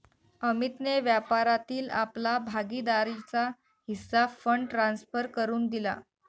अमितने व्यापारातील आपला भागीदारीचा हिस्सा फंड ट्रांसफर करुन दिला